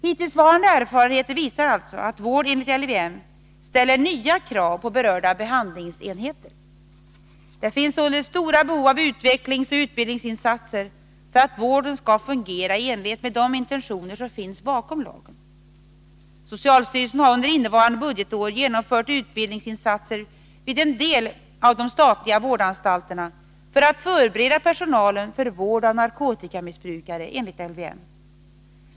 Hittillsvarande erfarenheter visar alltså att vård enligt LVM ställer nya krav på berörda behandlingsenheter. Det finns således stora behov av utvecklingsoch utbildningsinsatser för att vården skall fungera i enlighet med de intentioner som finns bakom lagen. Socialstyrelsen har under innevarande budgetår genomfört utbildningsinsatser vid en del av de statliga vårdanstalterna för att förbereda personalen för vård av narkotikamissbrukare enligt LVM.